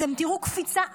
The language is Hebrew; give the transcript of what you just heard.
אתם תראו קפיצה אדירה.